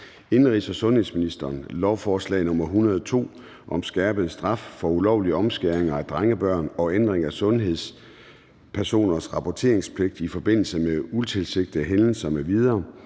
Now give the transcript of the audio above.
inden for sundhedsvæsenet. (Skærpet straf ved ulovlige omskæringer af drengebørn, ændring af sundhedspersoners rapporteringspligt i forbindelse med utilsigtede hændelser